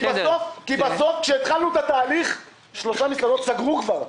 מאז שהתחלנו את התהליך שלוש מסעדות סגרו כבר,